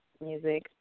music